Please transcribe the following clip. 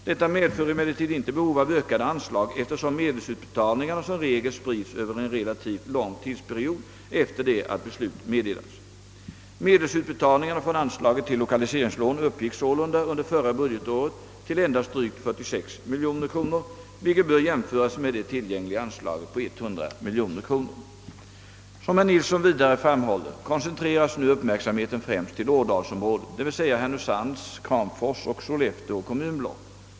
Detta medför emellertid inte behov av ökade anslag eftersom medelsutbetalningarna som regel sprids över en relativt lång tidsperiod efter det att beslut meddelats. Medelsutbetalningarna från anslaget till 1okaliseringslån uppgick sålunda under förra budgetåret till endast drygt 46 miljoner kronor, vilket bör jämföras med det tillgängliga anslaget på 100 miljoner kronor. Som herr Nilsson vidare framhåller, koncentreras nu uppmärksamheten främst till ådalsområdet, d. v. s. Härnösands, Kramfors och Sollefteå kommunblock.